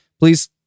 please